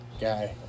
guy